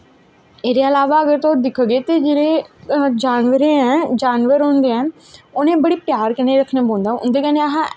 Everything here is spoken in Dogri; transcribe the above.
एह्दे इलावा अगर तुस दिखगे ते जेह्ड़े जानवर होंदे ऐं उ'नेंगी बड़े प्यार कन्नै रक्खनां पौंदा ऐ उंदे कन्नैं असैं